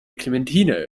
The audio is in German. clementine